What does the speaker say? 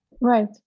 Right